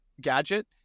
gadget